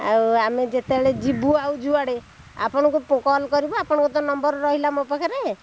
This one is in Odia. ଆଉ ଆମେ ଯେତେବେଳେ ଯିବୁ ଆଉ ଯୁଆଡ଼େ ଆପଣଙ୍କୁ କଲ୍ କରିବୁ ଆପଣଙ୍କୁ ତ ନମ୍ବର୍ ରହିଲା ମୋ ପାଖରେ